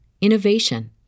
innovation